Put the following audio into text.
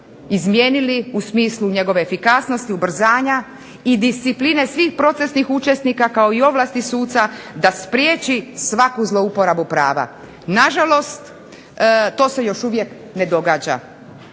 izmijenili u smislu njegove efikasnosti, ubrzanja, i discipline svih procesnih učesnika kao i ovlasti suca, da spriječi svaku zlouporabu prava. Na žalost to se još uvijek ne događa.